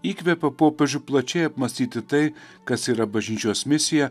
įkvėpė popiežių plačiai apmąstyti tai kas yra bažnyčios misija